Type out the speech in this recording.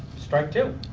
strike two.